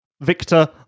victor